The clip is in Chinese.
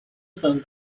日本